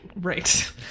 Right